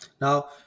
now